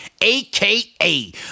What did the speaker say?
aka